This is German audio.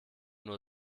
nur